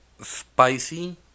spicy